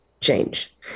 change